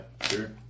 sure